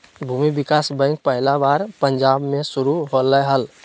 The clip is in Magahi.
भूमि विकास बैंक पहला बार पंजाब मे शुरू होलय हल